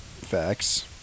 Facts